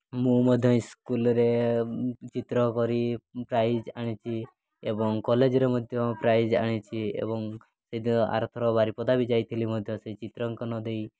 ମୁଁ ମଧ୍ୟ ସ୍କୁଲ୍ରେ ଚିତ୍ର କରି ପ୍ରାଇଜ୍ ଆଣିଛି ଏବଂ କଲେଜ୍ରେ ମଧ୍ୟ ପ୍ରାଇଜ୍ ଆଣିଛି ଏବଂ ସେଥିରେ ଆରଥର ବାରିପଦା ବି ଯାଇଥିଲି ମଧ୍ୟ ସେହି ଚିତ୍ରାଙ୍କନ ଦେଇ